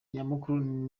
nyamukuru